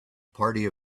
party